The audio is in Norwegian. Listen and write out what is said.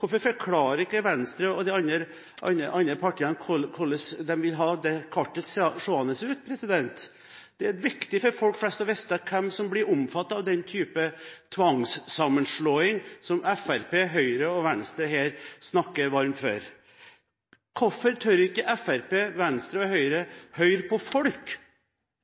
Hvorfor forklarer ikke Venstre og de andre partiene hvordan de vil ha det kartet seende ut? Det er viktig for folk flest å vite hvem som blir omfattet av den typen tvangssammenslåing som Fremskrittspartiet, Høyre og Venstre her snakker varmt for. Hvorfor tør ikke Fremskrittspartiet, Venstre og Høyre å høre på folk?